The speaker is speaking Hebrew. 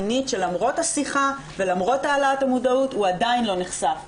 מינית שלמרות השיחה ולמרות העלאת המודעות הוא עדיין לא נחשף,